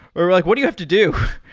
or like what do you have to do?